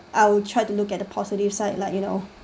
I will try to look at the positive side like you know